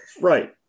Right